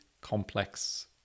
complex